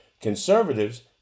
Conservatives